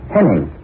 Henning